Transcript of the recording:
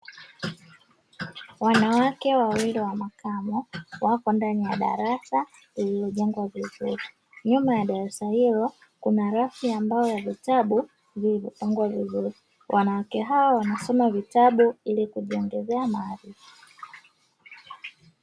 Wanawake wawili wa makamo, wako ndani ya darasa lililojengwa vizuri, nyuma ya darasa hilo kuna rafu ya mbao ya vitabu vilivyopangwa vizuri, wanawake hawa wanasoma vitabu ili kujiongezea maarifa.